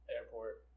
airport